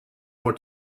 more